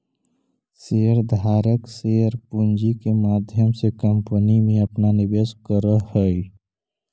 share धारक share पूंजी के माध्यम से कंपनी में अपना निवेश करऽ हई